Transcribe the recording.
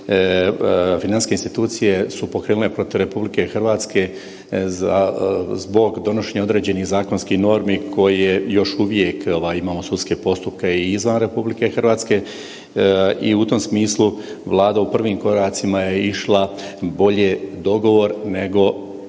financijske institucije su pokrenule protiv RH za, zbog donošenja određenih zakonskih normi koje još uvijek imamo sudske postupke i izvan RH i u tom smislu Vlada u prvim koracima je išla bolje dogovor nego